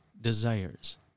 desires